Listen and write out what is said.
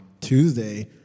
Tuesday